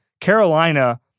Carolina